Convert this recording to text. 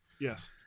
Yes